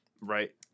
Right